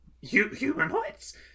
Humanoids